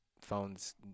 phones